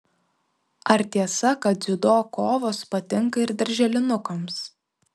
ar tiesa kad dziudo kovos patinka ir darželinukams